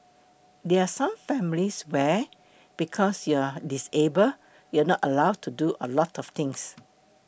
there are some families where because you are disable you are not allowed to do a lot of things